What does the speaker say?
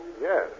Yes